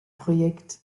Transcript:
projekt